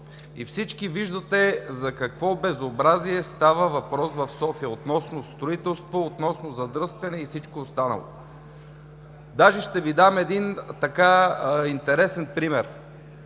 и всички виждате за какво безобразие става въпрос в София – относно строителство, относно задръствания и всичко останало. Даже ще Ви дам един интересен пример.